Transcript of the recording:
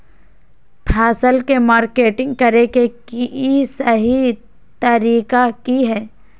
फसल के मार्केटिंग करें कि सही तरीका की हय?